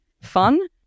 fun